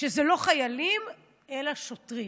הם לא חיילים, אלא שוטרים.